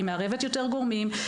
שהיא מערבת יותר גורמים,